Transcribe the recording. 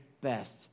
best